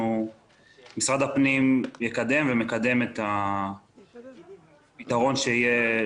משרד פנים מקדם ויקדם את הפתרון שיהיה